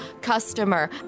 customer